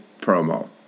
promo